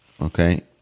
okay